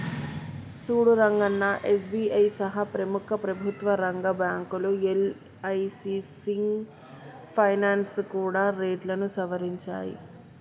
సూడు రంగన్నా ఎస్.బి.ఐ సహా ప్రముఖ ప్రభుత్వ రంగ బ్యాంకులు యల్.ఐ.సి సింగ్ ఫైనాల్స్ కూడా రేట్లను సవరించాయి